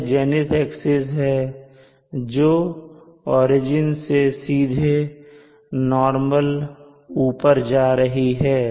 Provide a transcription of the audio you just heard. यह zenith axis है जो ओरिजिन से सीधे नॉर्मल ऊपर जा रही है